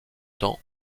temps